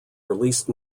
released